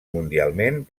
mundialment